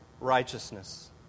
righteousness